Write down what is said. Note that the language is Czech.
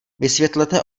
vysvětlete